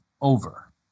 over